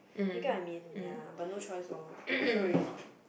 do you get what I mean ya but no choice lor over already